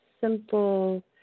simple